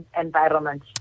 Environment